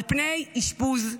על פני אשפוז.